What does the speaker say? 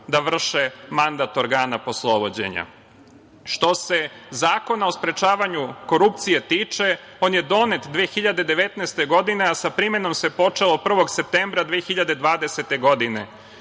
da vrše mandat organa poslovođenja. Što se Zakona o sprečavanju korupcije tiče, on je donet 2019. godine, a sa primenom se počelo od 1. septembra 2020. godine